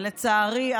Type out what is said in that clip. ולצערי,